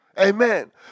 Amen